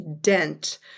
dent